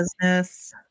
business